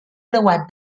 creuat